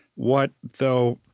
what, though,